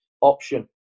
option